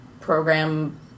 program